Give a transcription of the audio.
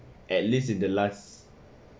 at least in the last